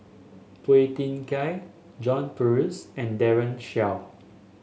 Phua Thin Kiay John Purvis and Daren Shiau